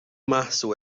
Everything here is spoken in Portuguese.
março